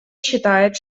считает